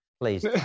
please